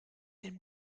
den